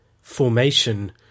formation